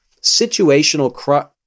situational